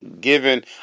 given